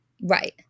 right